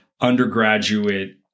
undergraduate